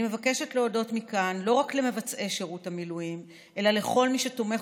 אני מבקשת להודות מכאן לא רק למבצעי שירות המילואים אלא לכל מי שתומך